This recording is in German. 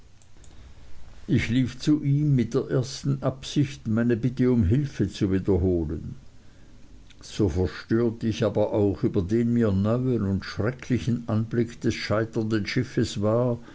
ich lief zu ihm mit der ersten absicht meine bitte um hilfe zu wiederholen so verstört ich aber auch über den mir neuen und schrecklichen anblick des scheiternden schiffs war